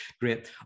great